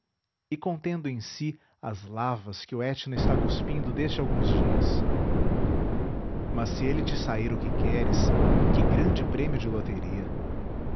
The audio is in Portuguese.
e contendo em si as lavas que o etna está cuspindo desde alguns dias mas se ele te sair o que queres que grande prêmio de loteria